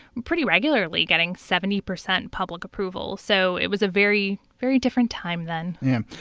pretty regularly getting seventy percent public approval. so it was a very, very different time then yeah.